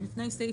לפני סעיף